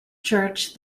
church